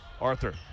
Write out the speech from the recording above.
Arthur